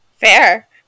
Fair